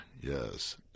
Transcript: yes